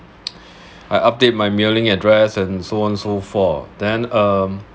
I update my mailing address and so on so forth then um